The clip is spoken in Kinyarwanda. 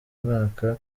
mwaka